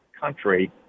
country